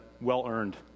well-earned